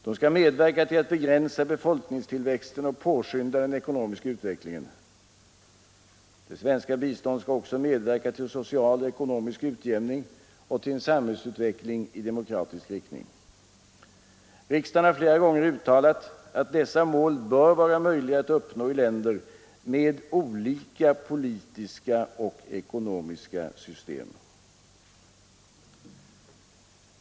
De skall medverka till att begränsa befolkningstillväxten och påskynda den ekonomiska utvecklingen. Det svenska biståndet skall också medverka till social och ekonomisk utjämning och till en samhällsutveckling i demokratisk riktning. Riksdagen har flera gånger uttalat att dessa mål bör vara möjliga att uppnå i länder med olika politiska och ekonomiska system.